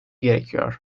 gerekiyor